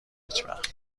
هیچوقت